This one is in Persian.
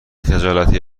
خجالتی